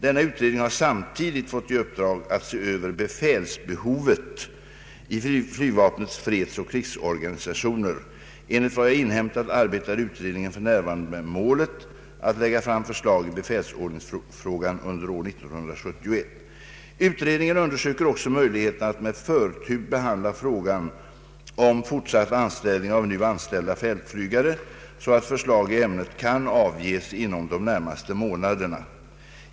Denna utredning har samtidigt fåit i uppdrag att se över befälsbehovet i flygvapnets fredsoch krigsorganisationer. Enligt vad jag inhämtat arbetar utredningen för närvarande med målet att lägga fram förslag i befälsordningsfrågan under år 1971. Utredningen undersöker också möjligheterna att med förtur behandla frågan om fortsatt anställning av nu anställda fältflygare så att förslag i ämnet kan avges inom de närmaste månaderna.